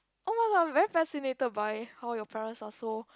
oh-my-god I'm very fascinated by how your parents are so